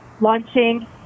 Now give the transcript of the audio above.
launching